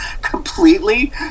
completely